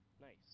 Nice